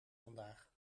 vandaag